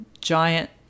giant